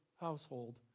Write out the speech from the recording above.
household